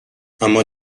اما